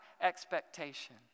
expectation